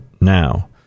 now